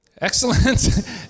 Excellent